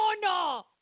no